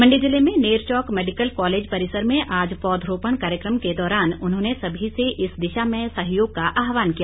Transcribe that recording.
मंडी जिले में Nerchowk medical college परिसर में आज पौधरोपण कार्यक्रम के दौरान उन्होंने सभी से इस दिशा में सहयोग का आहवान किया